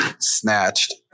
snatched